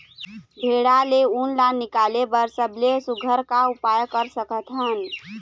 भेड़ा ले उन ला निकाले बर सबले सुघ्घर का उपाय कर सकथन?